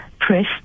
press